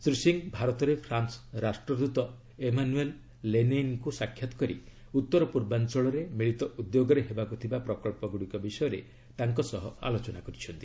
ଶ୍ରୀ ସିଂହ ଭାରତରେ ଫ୍ରାନ୍ସ ରାଷ୍ଟ୍ରଦୂତ ଏମାନୁଏଲ୍ ଲେନେଇନ୍ଙ୍କୁ ସାକ୍ଷାତ କରି ଉତ୍ତରପୂର୍ବାଞ୍ଚଳରେ ମିଳିତ ଉଦ୍ୟୋଗରେ ହେବାକୁ ଥିବା ପ୍ରକଚ୍ଚଗୁଡ଼ିକ ବିଷୟରେ ଆଲୋଚନା କରିଛନ୍ତି